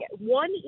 one